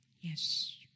Yes